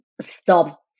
stop